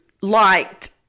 liked